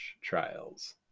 trials